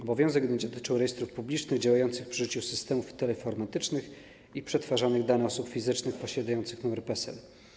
Obowiązek będzie dotyczył rejestrów publicznych działających przy użyciu systemów teleinformatycznych i przetwarzających dane osób fizycznych posiadających numer PESEL.